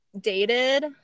dated